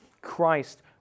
Christ